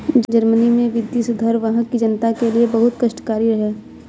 Germany में वित्तीय सुधार वहां की जनता के लिए बहुत कष्टकारी रहा